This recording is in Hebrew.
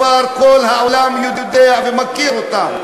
כבר כל העולם יודע ומכיר אותם.